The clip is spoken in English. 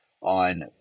on